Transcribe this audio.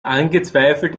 angezweifelt